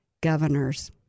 governors